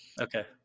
okay